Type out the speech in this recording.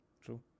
true